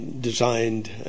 designed